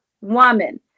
woman